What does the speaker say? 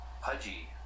Pudgy